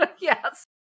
Yes